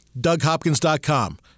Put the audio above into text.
DougHopkins.com